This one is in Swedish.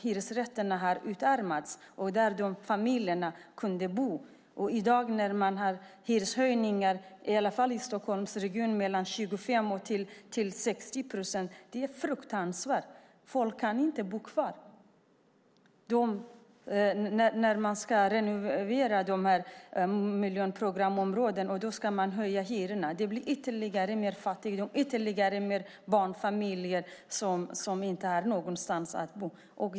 Hyresrätten håller på att utarmas. I dag har man hyreshöjningar i Stockholmsregionen på mellan 25 och 60 procent. Det är fruktansvärt; folk kan inte bo kvar. När man renoverar miljonprogramsområdena höjs hyrorna. Då blir det ännu mer fattigdom och ännu fler barnfamiljer som inte har någonstans att bo.